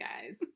guys